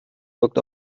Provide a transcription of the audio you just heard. wirkt